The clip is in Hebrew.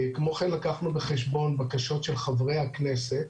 כמו כן, לקחנו בחשבון בקשות של חברי הכנסת,